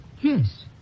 Yes